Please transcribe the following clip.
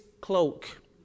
cloak